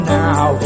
now